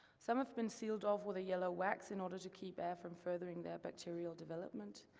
some have been sealed off with a yellow wax in order to keep air from futhering their bacterial development.